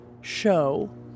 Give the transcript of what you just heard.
show